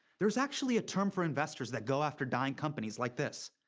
there's actually a term for investors that go after dying companies like this.